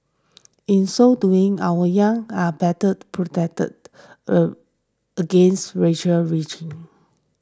in so doing our young are better protected against radical reaching